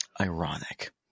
ironic